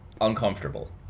uncomfortable